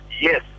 Yes